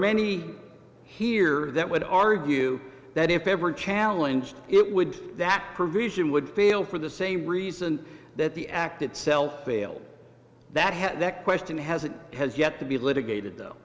many here that would argue that if ever challenge it would that provision would fail for the same reason that the act itself failed that had that question hasn't has yet to be litigated though